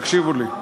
תקשיבו לי.